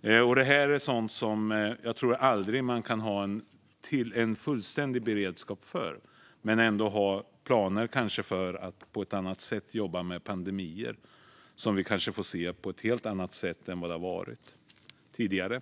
Det här är sådant som jag tror att man aldrig kan ha fullständig beredskap för. Men kan kanske ha planer för att på ett annat sätt jobba med pandemier, som vi kanske får se på ett helt annat sätt än tidigare.